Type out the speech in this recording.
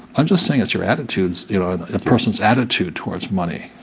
i'm just saying it's your attitudes, you know a person's attitude towards money.